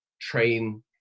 train